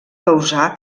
causar